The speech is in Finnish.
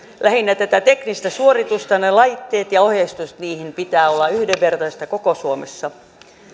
lähinnä tätä teknistä suoritusta laitteiden ja ohjeistuksen niihin pitää olla yhdenvertaisia koko suomessa